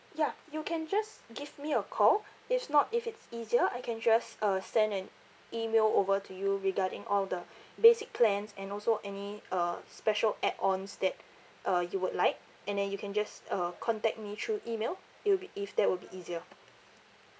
ya you can just give me a call if not if it's easier I can just uh send an email over to you regarding all the basic plans and also any uh special add ons that uh you would like and then you can just uh contact me through email it will be if that would be easier